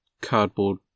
cardboard